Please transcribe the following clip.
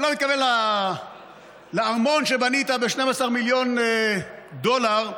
אני לא מתכוון לארמון שבנית ב-12 מיליון דולר ברמאללה,